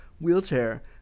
wheelchair